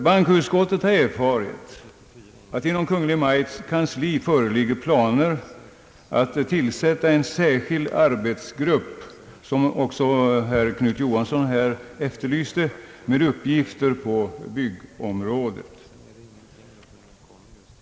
Bankoutskottet har erfarit att det inom Kungl. Maj:ts kansli föreligger planer på att tillsätta en särskild arbetsgrupp, något som också herr Knut Johansson efterlyste, med uppgifter på byggområdet.